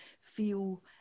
feel